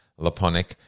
Laponic